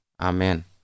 Amen